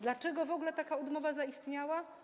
Dlaczego w ogóle taka odmowa zaistniała?